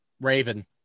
raven